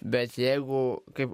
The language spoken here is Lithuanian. bet jeigu kaip